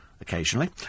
occasionally